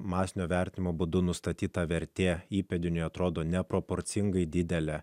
masinio vertinimo būdu nustatyta vertė įpėdiniui atrodo neproporcingai didelė